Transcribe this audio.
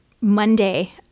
Monday